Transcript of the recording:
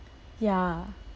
ya